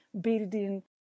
building